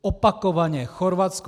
Opakovaně Chorvatsko.